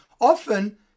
often